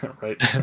right